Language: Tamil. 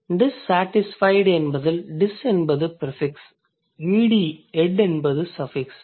dissatisfied என்பதில் dis என்பது ப்ரிஃபிக்ஸ் -ed என்பது சஃபிக்ஸ் ஆகும்